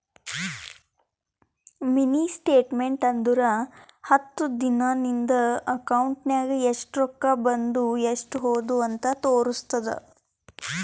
mini statement ಅಂದುರ್ ಹತ್ತು ದಿನಾ ನಿಂದ ಅಕೌಂಟ್ ನಾಗ್ ಎಸ್ಟ್ ರೊಕ್ಕಾ ಬಂದು ಎಸ್ಟ್ ಹೋದು ಅಂತ್ ತೋರುಸ್ತುದ್